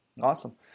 Awesome